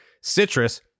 citrus